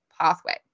pathway